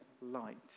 light